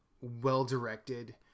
well-directed